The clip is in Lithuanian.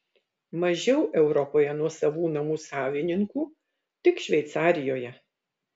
mažiau europoje nuosavų namų savininkų tik šveicarijoje